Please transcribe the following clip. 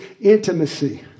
intimacy